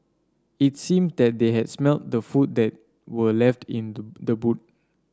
it seemed that they had smelt the food that were left in the the boot